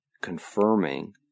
confirming